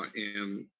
ah and,